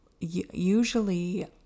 Usually